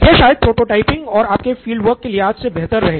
यह शायद प्रोटोटाइपइंग और आपके फील्ड वर्क के लिहाज से सबसे बेहतर रहेगा